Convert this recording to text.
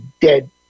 dead